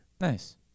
Nice